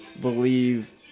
believe